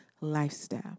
lifestyle